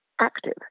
active